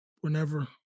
whenever